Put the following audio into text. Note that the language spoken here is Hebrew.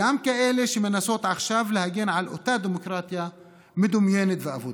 גם כאלה שמנסות עכשיו להגן על אותה דמוקרטיה מדומיינת ואבודה,